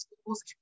schools